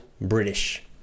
British